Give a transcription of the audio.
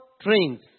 trains